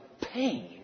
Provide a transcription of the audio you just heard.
pain